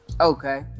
Okay